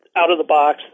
out-of-the-box